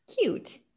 cute